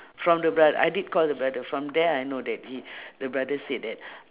from the bro~ I did call the brother from there I know that he the brother said that